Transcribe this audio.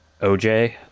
oj